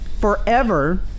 forever